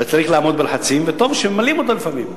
וצריך לעמוד בלחצים, וטוב שממלאים אותו לפעמים.